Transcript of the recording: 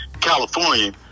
California